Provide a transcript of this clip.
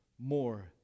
more